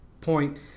point